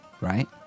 right